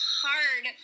hard